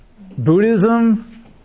Buddhism